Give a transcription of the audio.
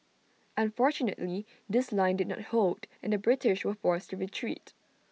unfortunately this line did not hold and the British were forced to retreat